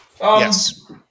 Yes